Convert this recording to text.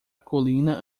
colina